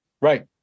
Right